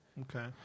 okay